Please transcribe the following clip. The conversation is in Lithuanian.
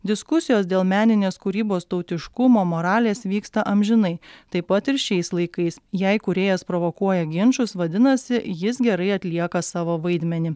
diskusijos dėl meninės kūrybos tautiškumo moralės vyksta amžinai taip pat ir šiais laikais jei kūrėjas provokuoja ginčus vadinasi jis gerai atlieka savo vaidmenį